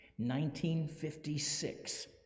1956